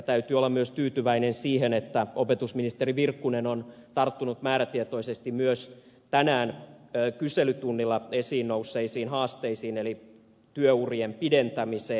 täytyy olla myös tyytyväinen siihen että opetusministeri virkkunen on tarttunut määrätietoisesti myös tänään kyselytunnilla esiin nousseisiin haasteisiin eli työurien pidentämiseen